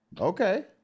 Okay